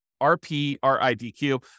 R-P-R-I-D-Q